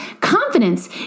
confidence